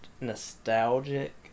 nostalgic